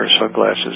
sunglasses